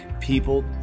people